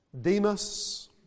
Demas